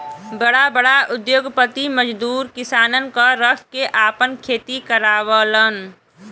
बड़ा बड़ा उद्योगपति मजदूर किसानन क रख के आपन खेती करावलन